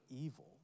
evil